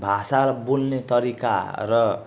भाषा बोल्ने तरिका र